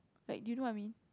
like do you know what I mean